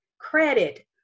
credit